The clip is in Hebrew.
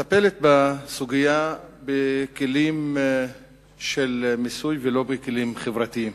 שמטפלת בסוגיה בכלים של מיסוי ולא בכלים חברתיים.